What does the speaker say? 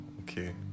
okay